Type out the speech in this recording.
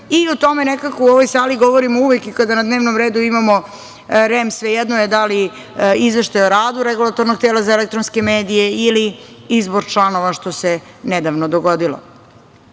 i o tome nekako u ovoj sali govorimo uvek i kada na dnevnom redu imamo REM, svejedno je da li izveštaj o radu Regulatornog tela za elektronske medije ili izbor članova, što se nedavno dogodilo.